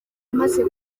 maze